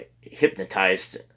hypnotized